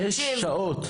שש שעות.